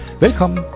Welcome